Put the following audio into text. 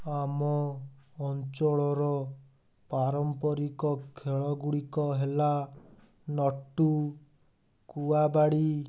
ଆମ ଅଞ୍ଚଳର ପାରମ୍ପରିକ ଖେଳଗୁଡ଼ିକ ହେଲା ନଟୁ କୁଆବାଡ଼ି